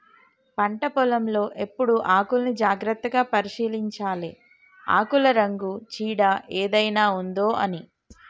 పంట పొలం లో ఎప్పుడు ఆకుల్ని జాగ్రత్తగా పరిశీలించాలె ఆకుల రంగు చీడ ఏదైనా ఉందొ అని